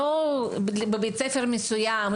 לא בבית ספר מסוים,